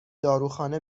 داروخانه